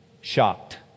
shocked